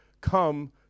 come